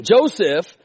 Joseph